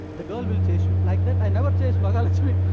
the girl will chase you. like that, i never chased mahalakshmi.